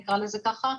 נקרא לזה ככה.